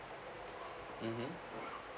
mmhmm